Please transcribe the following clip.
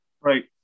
Right